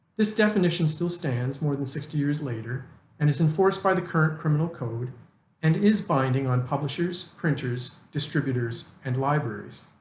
this definition still stands more than sixty years later and is enforced by the current criminal code and is binding on publishers, printers, distributors, and libraries.